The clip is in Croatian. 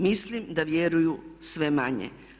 Mislim da vjeruju sve manje.